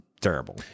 terrible